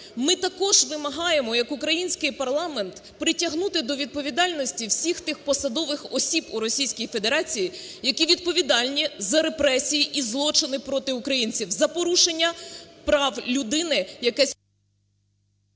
Ми також вимагаємо, як український парламент, притягнути до відповідальності всіх тих посадових осіб у Російській Федерації, які відповідальні за репресії і злочини проти українців за порушення прав людини, яке…